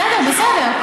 בסדר, בסדר.